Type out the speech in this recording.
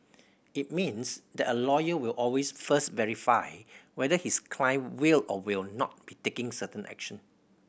it means that a lawyer will always first verify whether his client will or will not be taking certain action